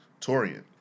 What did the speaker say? Torian